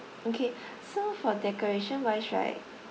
okay so for decoration wise right